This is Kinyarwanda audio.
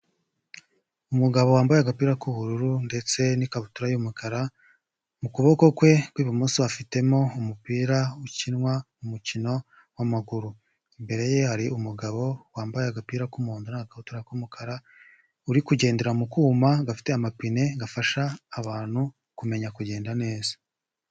Umugabo wambaye agapira k'ubururu ndetse n'ikabutura y'umukara, mu kuboko kwe kw'ibumoso afitemo umupira ukinwa mu mukino w'amaguru, imbere ye hari umugabo wambaye agapira k'umuhodo n'agakabutura k'umukara, uri kugendera mu kuma gafite amapine gafasha abantu kumenya kugenda neza.